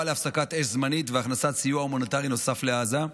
להפסקת אש זמנית והכנסת סיוע הומניטרי נוסף לעזה,